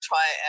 Try